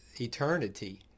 Eternity